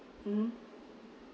mmhmm